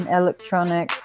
electronic